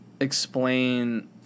explain